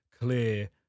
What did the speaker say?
clear